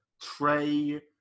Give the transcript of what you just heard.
Trey